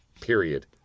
period